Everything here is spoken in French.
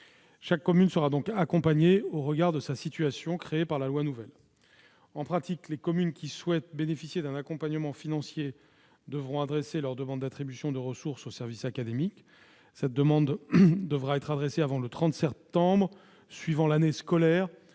Chaque commune sera donc accompagnée au regard de sa situation créée par la loi nouvelle. En pratique, les communes qui souhaitent bénéficier d'un accompagnement financier devront adresser leur demande d'attribution de ressources aux services académiques. Cette demande devra être adressée avant le 30 septembre suivant l'année scolaire